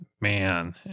man